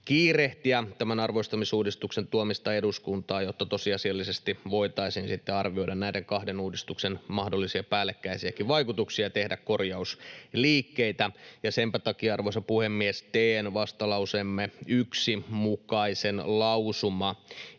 kiirehtiä tämän arvostamisuudistuksen tuomista eduskuntaan, jotta tosiasiallisesti voitaisiin sitten arvioida näiden kahden uudistuksen mahdollisia päällekkäisiäkin vaikutuksia ja tehdä korjausliikkeitä. Senpä takia, arvoisa puhemies, teen vastalauseemme 1 mukaisen